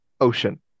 ocean